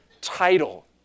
title